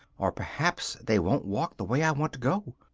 or perhaps they won't walk the way i want to go!